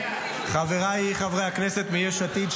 חבריי חברי הכנסת מיש עתיד,